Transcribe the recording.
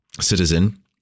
citizen